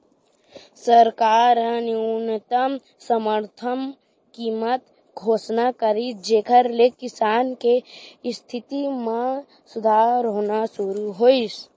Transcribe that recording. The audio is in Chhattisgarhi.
सरकार ह न्यूनतम समरथन कीमत घोसना करिस जेखर ले किसान के इस्थिति म सुधार होना सुरू होइस